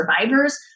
survivors